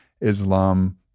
islam